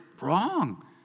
Wrong